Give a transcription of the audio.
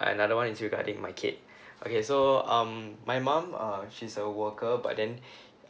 another one is regarding my kid okay so um my mum uh she's a worker but then